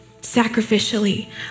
sacrificially